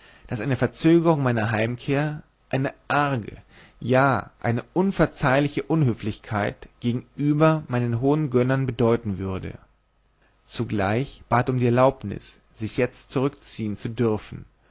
daß eine verzögerung meiner heimkehr eine arge ja eine unverzeihliche unhöflichkeit gegenüber meinen hohen gönnern bedeuten würde zugleich bat er um die erlaubnis sich jetzt zurückziehen zu dürfen